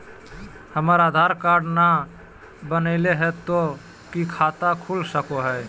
हमर आधार कार्ड न बनलै तो तो की खाता खुल सको है?